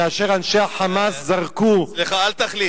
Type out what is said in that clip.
כאשר אנשי ה"חמאס" זרקו, סליחה, אל תכליל.